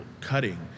cutting